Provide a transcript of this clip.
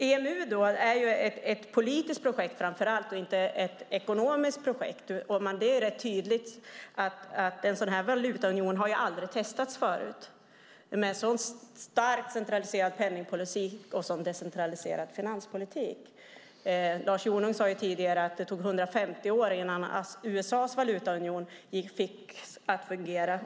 EMU är framför allt ett politiskt projekt och inte ett ekonomiskt projekt. En valutaunion med en så starkt centraliserad penningpolitik och finanspolitik har ju aldrig testats förut. Lars Jonung sade tidigare att det tog 150 år innan man fick USA:s valutaunion att fungera.